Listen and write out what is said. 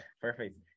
perfect